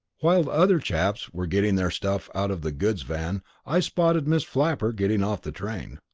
while the other chaps were getting their stuff out of the goods van i spotted miss flapper getting off the train.